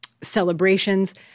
celebrations